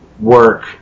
work